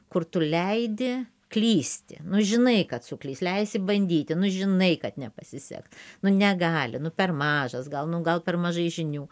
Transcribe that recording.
kur tu leidi klysti nu žinai kad suklys leisi bandyti nu žinai kad nepasiseks nu negali nu per mažas gal nu gal per mažai žinių